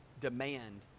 demand